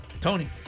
Tony